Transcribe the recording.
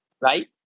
right